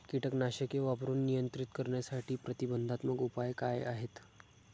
कीटकनाशके वापरून नियंत्रित करण्यासाठी प्रतिबंधात्मक उपाय काय आहेत?